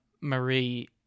Marie